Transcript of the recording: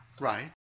Right